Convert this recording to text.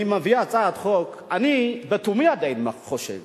אני מביא הצעת חוק, אני, לתומי, עדיין חושב